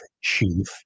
chief